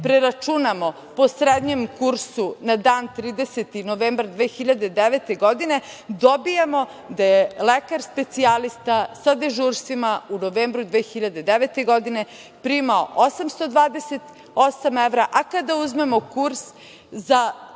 preračunamo po srednjem kursu na dan 30. novembar 2009. godine, dobijamo da je lekar specijalista, sa dežurstvima, u novembru 2009. godine primao 828 evra, a kada uzmemo kurs za